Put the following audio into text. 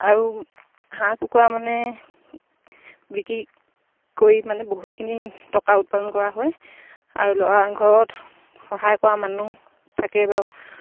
আৰু হাঁহ কুকুৰা মানে বিক্ৰী কৰি মানে বহুতখিনি টকা উৎপাদন কৰা হয় আৰু ল'ৰা ঘৰত সহায় কৰা মানুহ থাকে বাৰু